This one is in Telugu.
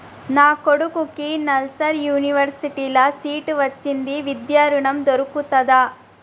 నా కొడుకుకి నల్సార్ యూనివర్సిటీ ల సీట్ వచ్చింది విద్య ఋణం దొర్కుతదా?